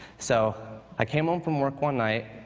so i came home from work one night,